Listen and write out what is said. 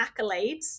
accolades